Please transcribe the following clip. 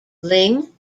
ling